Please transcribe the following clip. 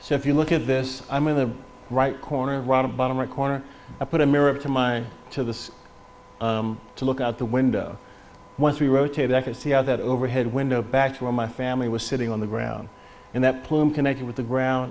so if you look at this i'm in the right corner on a bottom right corner i put a mirror up to my to this to look out the window once we rotate i could see how that overhead window back to where my family was sitting on the ground and that plume connected with the ground